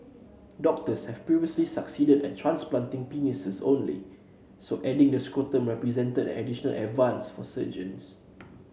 doctors have previously succeeded at transplanting penises only so adding the scrotum represented an additional advance for surgeons